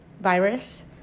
virus